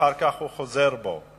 ואחר כך הוא חוזר בו,